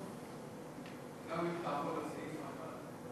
תעבור לסעיף הבא,